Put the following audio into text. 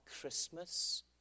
Christmas